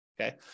okay